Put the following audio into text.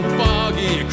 foggy